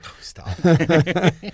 stop